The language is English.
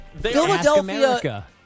Philadelphia